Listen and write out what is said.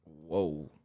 Whoa